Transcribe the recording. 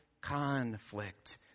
conflict